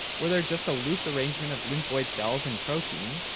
where they are just a loose arrangement of lymphoid cells and protein,